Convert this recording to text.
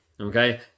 okay